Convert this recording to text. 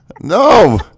No